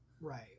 Right